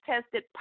tested